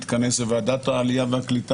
ואחר כך אני אציין כמובן מה אנחנו מתכננים לעשות.